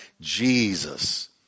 Jesus